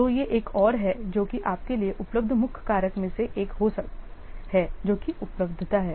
तो यह एक और है जो कि आपके लिए उपलब्ध मुख्य कारक में से एक है जो कि उपलब्धता है